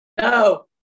no